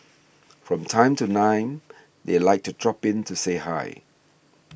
from time to time they like to drop in to say hi